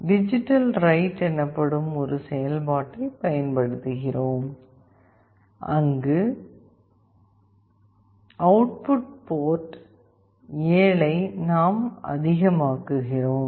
digital write எனப்படும் ஒரு செயல்பாட்டைப் பயன்படுத்துகிறோம் அங்கு அவுட்புட் போர்ட் 7ஐ நாம் அதிகமாக்குகிறோம்